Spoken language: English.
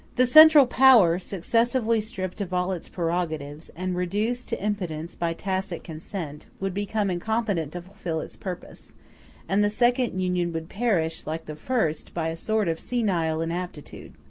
the central power, successively stripped of all its prerogatives, and reduced to impotence by tacit consent, would become incompetent to fulfil its purpose and the second union would perish, like the first, by a sort of senile inaptitude.